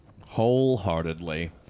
wholeheartedly